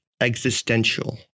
existential